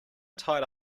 tied